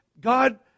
god